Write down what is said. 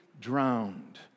drowned